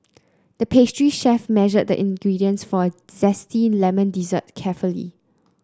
the pastry chef measured the ingredients for a zesty lemon dessert carefully